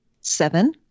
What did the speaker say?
Seven